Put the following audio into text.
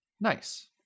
Nice